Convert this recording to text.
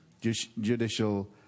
Judicial